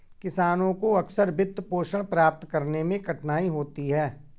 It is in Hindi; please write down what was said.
किसानों को अक्सर वित्तपोषण प्राप्त करने में कठिनाई होती है